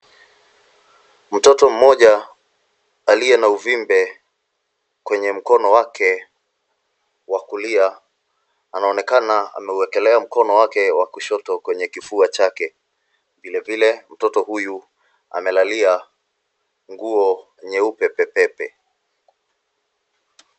Mtoto mmoja, aliye na uvimbe kwenye mkono wake wa kulia, anaonekana ameuekelea mkono wake wa kushoto kwenye kifua chake. Vilevile, mtoto huyu, amelalia nguo nyeupe pepepe.